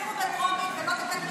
תעבירו את זה כחוק על שמכם.